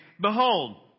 behold